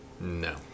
No